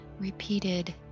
repeated